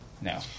No